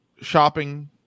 shopping